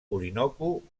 orinoco